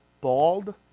bald